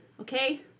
Okay